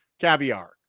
caviar